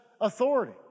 authority